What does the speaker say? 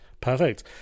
Perfect